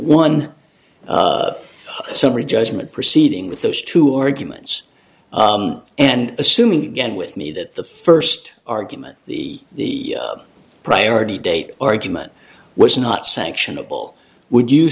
one summary judgment proceeding with those two arguments and assuming again with me that the first argument the the priority date argument was not sanctionable would you